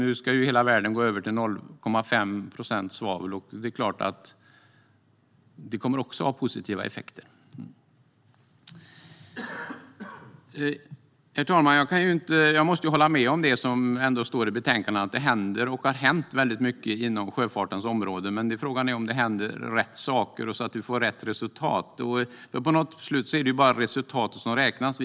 Nu ska hela världen gå över till 0,5 procent svavel, och det är klart att det också kommer att ha positiva effekter. Herr talman! Jag måste hålla med om det som står i betänkandet. Det händer och har hänt mycket inom sjöfartens område, men frågan är om det händer rätt saker så att vi får rätt resultat. Till slut är det bara resultatet som räknas.